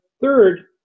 third